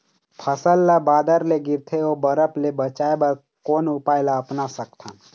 फसल ला बादर ले गिरथे ओ बरफ ले बचाए बर कोन उपाय ला अपना सकथन?